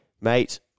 mate